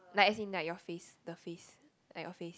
like as in like your face the face like your face